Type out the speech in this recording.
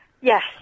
Yes